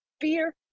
Fear